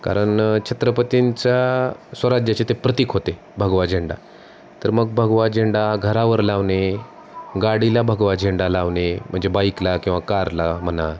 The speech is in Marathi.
कारण छत्रपतींच्या स्वराज्याचे ते प्रतीक होते भगवा झेंडा तर मग भगवा झेंडा घरावर लावणे गाडीला भगवा झेंडा लावणे म्हणजे बाईकला किंवा कारला म्हणा